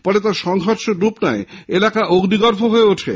পরে তা সংঘর্ষের রূপ নেয় এলাকা অগ্নিগর্ভ হয়ে ওঠে